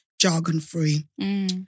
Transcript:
jargon-free